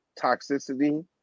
toxicity